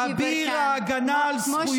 אביר ההגנה על זכויות האדם,